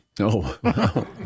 No